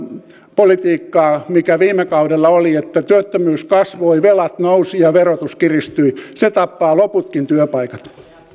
politiikkaa mikä viime kaudella oli että työttömyys kasvoi velat nousivat ja verotus kiristyi se tappaa loputkin työpaikat